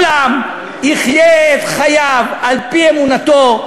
כל עם יחיה את חייו על-פי אמונתו,